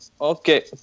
okay